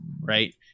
Right